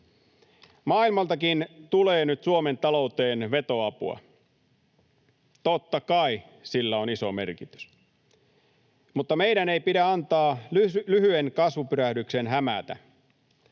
Maailmaltakin tulee nyt Suomen talouteen vetoapua, totta kai sillä on iso merkitys. Mutta meidän ei pidä antaa lyhyen kasvupyrähdyksen hämätä.